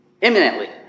imminently